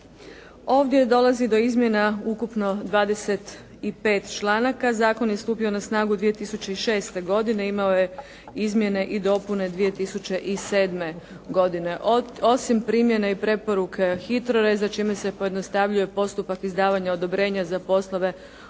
Ovdje dolazi do izmjena ukupno 25 članaka. Zakon je stupio na snagu 2006. godine, imao je izmjene i dopune 2007. godine. Osim primjene i preporuke Hitro.reza čime se pojednostavljuje postupak izdavanja odobrenja za poslove obavljanja